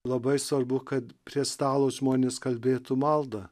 labai svarbu kad prie stalo žmonės kalbėtų maldą